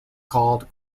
called